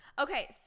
Okay